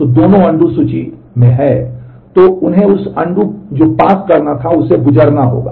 तो उन्हें उस अनडू जो पास करता है उससे गुजरना होगा